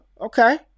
Okay